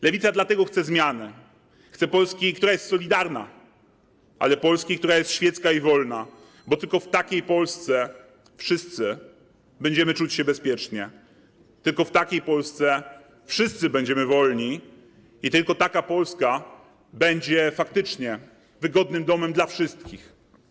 Lewica dlatego chce zmiany, chce Polski, która jest solidarna, ale Polski, która jest świecka i wolna, bo tylko w takiej Polsce wszyscy będziemy czuć się bezpiecznie, tylko w takiej Polsce wszyscy będziemy wolni i tylko taka Polska będzie faktycznie wygodnym domem dla wszystkich.